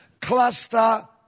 cluster